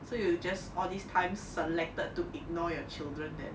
so you just all this time selected to ignore your children then